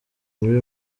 muri